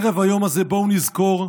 ערב היום הזה בואו נזכור,